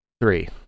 three